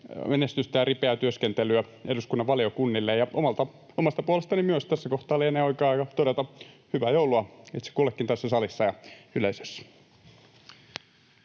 menestystä ja ripeää työskentelyä eduskunnan valiokunnille. Myös omasta puolestani tässä kohtaa lienee oikea aika todeta hyvää joulua itse kullekin tässä salissa ja yleisössä.